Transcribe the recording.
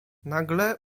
nagle